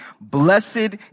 blessed